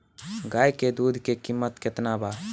गाय के दूध के कीमत केतना बा?